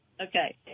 Okay